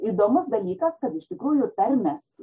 įdomus dalykas kad iš tikrųjų tarmės